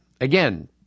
Again